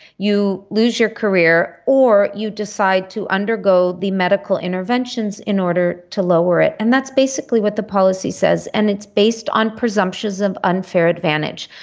you lose your career or you decide to undergo the medical interventions in order to lower it, and that's basically what the policy says and it's based on presumptions of unfair advantage,